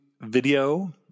video